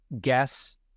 guess